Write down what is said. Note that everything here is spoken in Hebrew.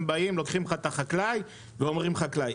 הם באים ולוקחים את החקלאי ואומרים חקלאי.